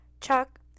Chuck